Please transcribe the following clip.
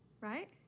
right